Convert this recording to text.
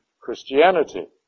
Christianity